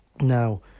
Now